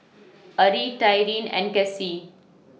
Ari Tyrin and Kasie